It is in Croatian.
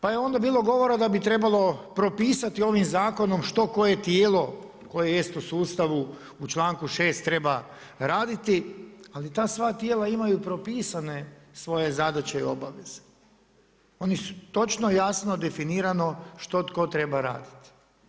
Pa je onda bilo govora da bi trebalo propisati ovim zakonom što koje tijelo koje jest u sustavu u članku 6 treba raditi, ali ta sva tijela imaju propisane svoje zadaće i obaveze, točno, jasno i definirano što tko treba raditi.